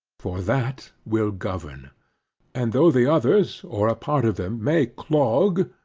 for that will govern and though the others, or a part of them, may clog,